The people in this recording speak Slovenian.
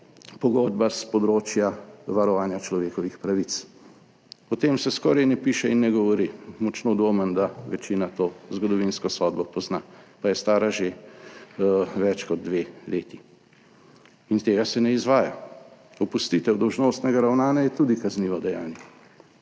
pogodba s področja varovanja človekovih pravic. O tem se skoraj ne piše in ne govori. Močno dvomim, da večina to zgodovinsko sodbo pozna, pa je stara že več kot dve leti, in tega se ne izvaja. Opustitev dolžnostnega ravnanja je tudi kaznivo dejanje,